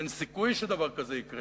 אין סיכוי שדבר כזה יקרה.